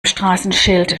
straßenschild